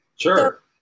Sure